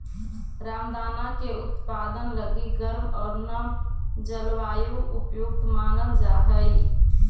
रामदाना के उत्पादन लगी गर्म आउ नम जलवायु उपयुक्त मानल जा हइ